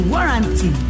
Warranty